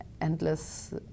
endless